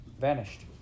vanished